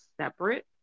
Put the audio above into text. separate